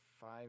five